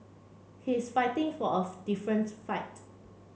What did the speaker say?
he's fighting for of different fight